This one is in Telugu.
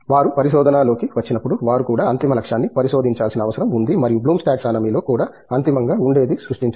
వారు పరిశోధనా లోకి వచ్చినప్పుడు వారు కూడా అంతిమ లక్ష్యాన్ని పరిశోధించాల్సిన అవసరం ఉంది మరియు బ్లూమ్స్ టాక్సానమీ లో కూడా అంతిమంగా ఉండేది సృష్టించడం